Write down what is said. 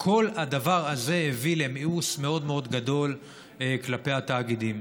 כל הדבר הזה הביא למיאוס מאוד מאוד גדול כלפי התאגידים.